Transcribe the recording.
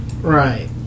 Right